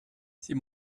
sie